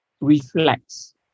reflects